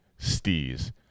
stees